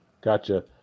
gotcha